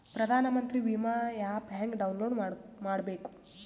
ಪ್ರಧಾನಮಂತ್ರಿ ವಿಮಾ ಆ್ಯಪ್ ಹೆಂಗ ಡೌನ್ಲೋಡ್ ಮಾಡಬೇಕು?